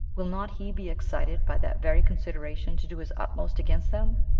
will not he be excited by that very consideration to do his utmost against them?